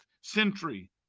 century